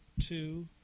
two